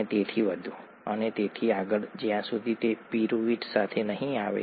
અને તેથી વધુ અને તેથી આગળ જ્યાં સુધી તે પિરુવેટ સાથે નહીં આવે